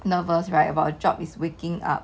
nervous right about a job is waking up